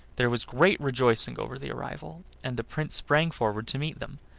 there was great rejoicing over the arrival, and the prince sprang forward to meet them,